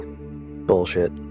bullshit